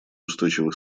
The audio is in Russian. устойчивых